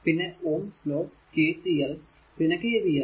പിന്നെ Ohm's law KCL പിന്നെ KVL